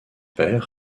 père